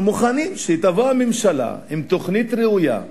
אנחנו מוכנים שתבוא הממשלה עם תוכנית ראויה,